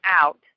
out